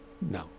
No